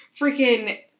Freaking